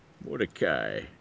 Mordecai